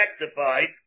rectified